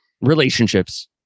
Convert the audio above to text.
Relationships